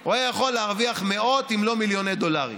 הוא היה יכול להרוויח מאות אם לא מיליוני דולרים,